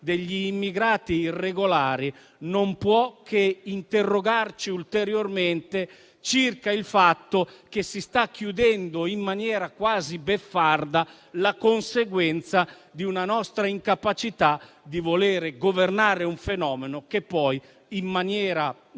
anche immigrati irregolari - non può che farci interrogare ulteriormente circa il fatto che si sta chiudendo, in maniera quasi beffarda, la conseguenza di una nostra incapacità di governare un fenomeno che poi, in maniera